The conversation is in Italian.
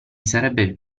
sarebbe